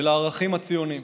ולערכים הציוניים.